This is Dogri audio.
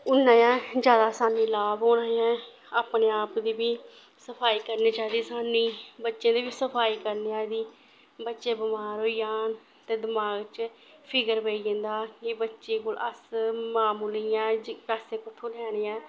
उन्ना गै जादा सानूं लाभ होना ऐ अपने आप दी बी सफाई करनी चाहिदी सानूं बच्चें दी बी सफाई करने आह्ले दी बच्चे बमार होई जान ते दमाग च फिकर पेई जंदा कि बच्चे कोल अस मामूली इ'यां पैसे कु'त्थूं लैने ऐ